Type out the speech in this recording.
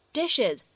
dishes